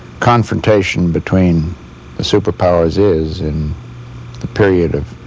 confrontation between the superpowers is, and the period of